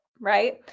right